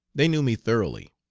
they knew me thoroughly.